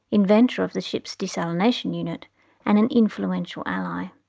inventor of the ship's desalination unit and an influential ally.